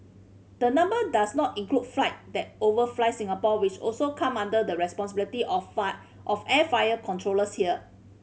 the number does not include flight that overfly Singapore which also come under the responsibility of five of air fair controllers here